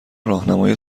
راهنمای